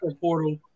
portal